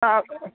ആ